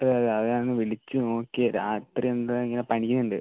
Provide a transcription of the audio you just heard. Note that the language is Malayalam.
അത് ഞാൻ ഒന്ന് വിളിച്ച് നോക്കി രാത്രി എന്താണ് ഇങ്ങനെ പനിക്കുന്നുണ്ട്